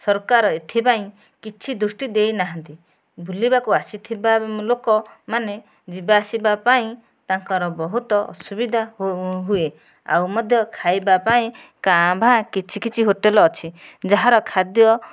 ସରକାର ଏଥିପାଇଁ କିଛି ଦୃଷ୍ଟି ଦେଇନାହାନ୍ତି ବୁଲିବାକୁ ଆସିଥିବା ଲୋକମାନେ ଯିବା ଆସିବା ପାଇଁ ତାଙ୍କର ବହୁତ ଅସୁବିଧା ହୁଏ ଆଉ ମଧ୍ୟ ଖାଇବା ପାଇଁ କାଁ ଭାଁ କିଛି କିଛି ହୋଟେଲ ଅଛି ଯାହାର ଖାଦ୍ୟ